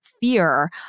fear